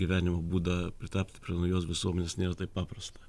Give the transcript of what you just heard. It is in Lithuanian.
gyvenimo būdą pritapti prie naujos visuomenės nėra taip paprasta